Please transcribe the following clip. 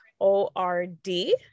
O-R-D